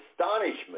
astonishment